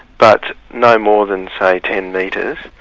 but no more than say ten metres,